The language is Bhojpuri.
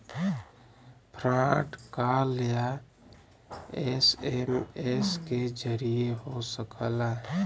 फ्रॉड कॉल या एस.एम.एस के जरिये हो सकला